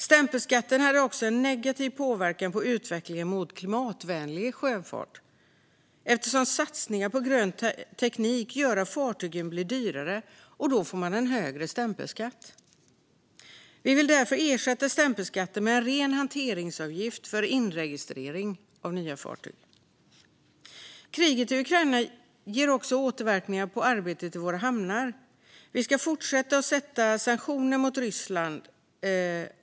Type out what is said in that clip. Stämpelskatten har också en negativ påverkan på utvecklingen mot klimatvänlig sjöfart eftersom satsningar på grön teknik gör att fartygen blir dyrare, och då får man en högre stämpelskatt. Vi vill därför ersätta stämpelskatten med en ren hanteringsavgift för inregistrering av nya fartyg. Kriget i Ukraina ger också återverkningar på arbetet i våra hamnar. Vi ska fortsätta att sätta sanktioner mot Ryssland.